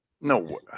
No